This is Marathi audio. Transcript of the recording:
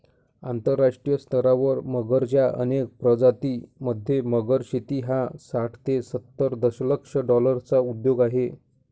आंतरराष्ट्रीय स्तरावर मगरच्या अनेक प्रजातीं मध्ये, मगर शेती हा साठ ते सत्तर दशलक्ष डॉलर्सचा उद्योग आहे